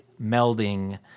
melding